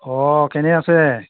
অ' কেনে আছে